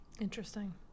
Interesting